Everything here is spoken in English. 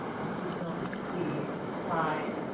mrs. milton-cleave sighed.